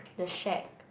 the shack